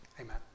Amen